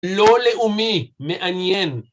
לא לאומי, מעניין